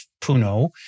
Puno